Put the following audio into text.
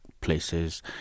places